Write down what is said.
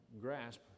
grasp